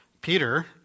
Peter